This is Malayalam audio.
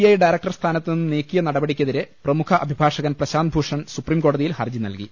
ഐ ഡയറക്ടർ സ്ഥാനത്തു നിന്നും നീക്കിയ നടപടിക്കെതിരെ പ്രമുഖ അഭിഭാഷകൻ പ്രശാന്ത് ഭൂഷൺ സുപ്രീംകോടതിയിൽ ഹർജി നൽകി